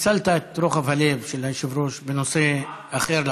ניצלת את רוחב הלב של היושב-ראש בנושא אחר,